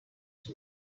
tone